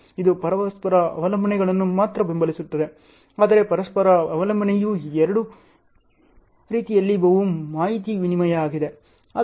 ಇದು ಪರಸ್ಪರ ಅವಲಂಬನೆಗಳನ್ನು ಮಾತ್ರ ಬೆಂಬಲಿಸುತ್ತದೆ ಆದರೆ ಪರಸ್ಪರ ಅವಲಂಬನೆಯು ಎರಡು ರೀತಿಯಲ್ಲಿ ಬಹು ಮಾಹಿತಿ ವಿನಿಮಯವಾಗಿದೆ